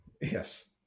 Yes